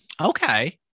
Okay